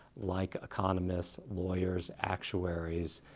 like economists, lawyers, actuaries,